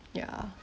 ya